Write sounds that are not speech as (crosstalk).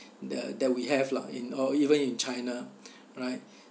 (breath) tha~ that we have lah in or even in china (breath) right